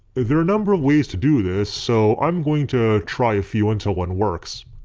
there are a number of ways to do this so i'm going to try a few until one works.